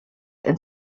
and